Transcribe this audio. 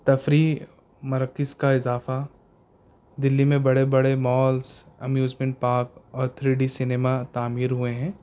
تفریح مرکز کا اضافہ دہلی میں بڑے بڑے مالس امیوزمنٹ پارک اور تھری ڈی سنیما تعمیر ہوئے ہیں